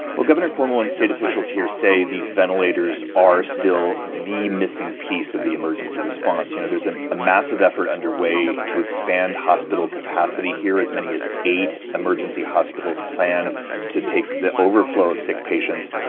well, governor cuomo and state officials here say these ventilators are still the missing piece of the emergency response. you know, there's ah a massive effort underway to expand hospital capacity here, as many as eight emergency hospitals planned to take the overflow of sick patients.